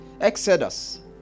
Exodus